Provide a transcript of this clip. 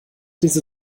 diese